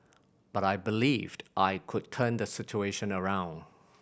but I believed I could turn the situation around